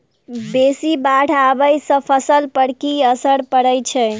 बेसी बाढ़ आबै सँ फसल पर की असर परै छै?